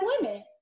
women